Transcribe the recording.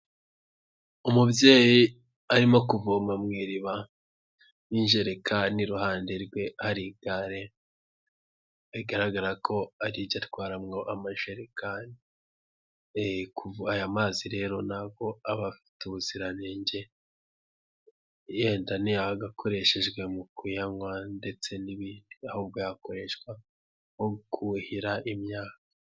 Umubyeyi arimo kuvoma mu iriba n'injerekani, iruhande rwe hari igare bigaragara ko ari iryo atwaramo amajerekani. Kuko aya mazi rero na aba afite ubuziranenge yenda ntiyagakoreshejwe mu kuyanywa ndetse n'ibindi ahubwo yakoreshwa nko kuhira imyaka.